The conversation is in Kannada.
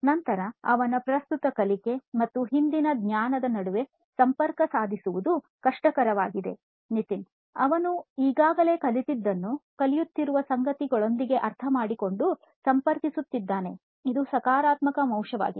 ನಂತರ ಅವನ ಪ್ರಸ್ತುತ ಕಲಿಕೆ ಮತ್ತು ಹಿಂದಿನ ಜ್ಞಾನದ ನಡುವೆ ಸಂಪರ್ಕ ಸಾಧಿಸುವುದು ಕಷ್ಟಕರವಾಗಿದೆ ನಿತಿನ್ ಅವನು ಈಗಾಗಲೇ ಕಲಿತದ್ದನ್ನು ಕಲಿಯುತ್ತಿರುವ ಸಂಗತಿಗಳೊಂದಿಗೆ ಅರ್ಥಮಾಡಿಕೊಂಡು ಸಂಪರ್ಕಿಸುತ್ತಾನೆ ಇದು ಸಕಾರಾತ್ಮಕ ಅಂಶವಾಗಿದೆ